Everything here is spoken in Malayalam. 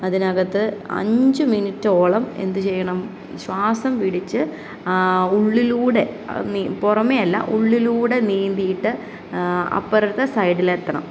അതിനകത്ത് അഞ്ച് മിനിറ്റ് ഓളം എന്ത് ചെയ്യണം ശ്വാസം പിടിച്ച് ഉള്ളിലൂടെ പുറമെയല്ല ഉള്ളിലൂടെ നീന്തിയിട്ട് അപ്പുറത്തെ സൈഡിലെത്തണം